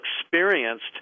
experienced